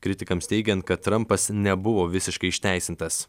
kritikams teigiant kad trampas nebuvo visiškai išteisintas